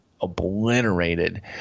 obliterated